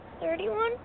thirty-one